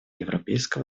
европейского